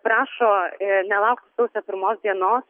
prašo nelaukti sausio pirmos dienos